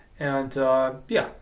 and yeah,